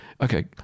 okay